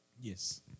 Yes